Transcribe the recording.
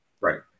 Right